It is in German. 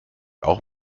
auch